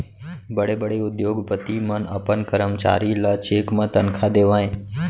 बड़े बड़े उद्योगपति मन अपन करमचारी ल चेक म तनखा देवय